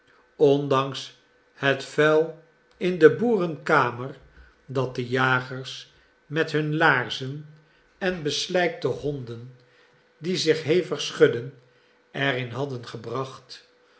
ondanks het vuil in de boerenkamer dat de jagers met hun laarzen en de beslijkte honden die zich hevig schudden er in hadden gebracht